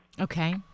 Okay